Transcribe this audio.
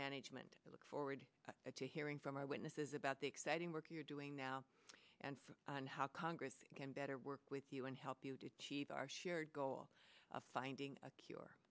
management i look forward to hearing from our witnesses about the exciting work you're doing now and for how congress can better work with you and help you to cheat our shared goal of finding a cure